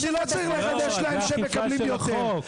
אני לא צריך לחדש להם שהם מקבלים יותר.